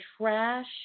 trash